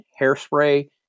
hairspray